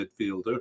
midfielder